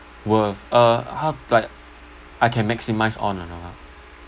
worth uh how like I can maximise on and all lah